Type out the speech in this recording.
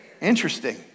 Interesting